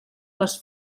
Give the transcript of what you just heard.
les